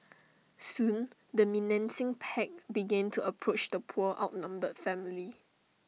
soon the menacing pack began to approach the poor outnumbered family